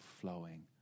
flowing